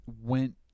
went